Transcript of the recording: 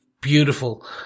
beautiful